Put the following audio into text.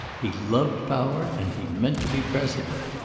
he loved power, and he meant to be president.